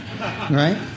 Right